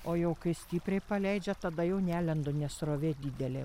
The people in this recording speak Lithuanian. o jau kai stipriai paleidžia tada jau nelendu nes srovė didelė